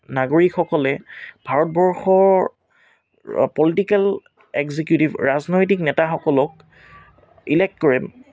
নাগৰিকসকলে ভাৰতবৰ্ষৰ political executive ৰাজনৈতিক নেতাসকলক ইলেক্ট কৰে